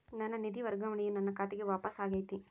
ನನ್ನ ನಿಧಿ ವರ್ಗಾವಣೆಯು ನನ್ನ ಖಾತೆಗೆ ವಾಪಸ್ ಆಗೈತಿ